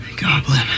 Goblin